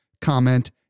comment